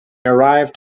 arrived